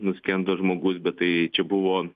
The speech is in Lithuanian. nuskendo žmogus bet tai čia buvo